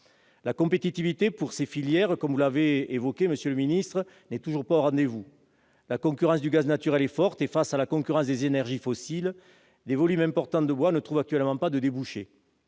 La compétitivité, comme vous l'avez dit, monsieur le secrétaire d'État, n'est toujours pas au rendez-vous. La concurrence du gaz naturel est forte et, face à celle des énergies fossiles, des volumes importants de bois ne trouvent actuellement pas de débouchés.